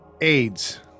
AIDS